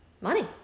money